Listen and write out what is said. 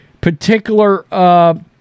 particular